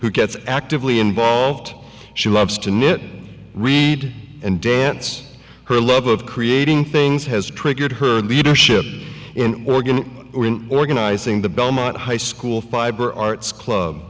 who gets actively involved she loves to knit read and dance her love of creating things has triggered her leadership in oregon organizing the belmont high school fiber arts club